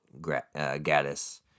Gaddis